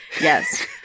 Yes